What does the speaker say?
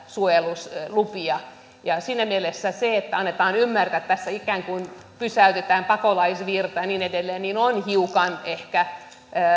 suojeluslupia ja ja siinä mielessä se että annetaan ymmärtää että tässä ikään kuin pysäytetään pakolaisvirta ja niin edelleen on hiukan ehkä